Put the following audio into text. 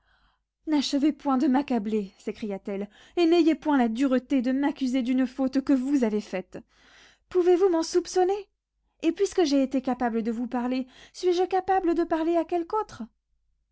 n'achevez point de m'accabler s'écria-t-elle et n'ayez point la dureté de m'accuser d'une faute que vous avez faite pouvez-vous m'en soupçonner et puisque j'ai été capable de vous parler suis-je capable de parler à quelque autre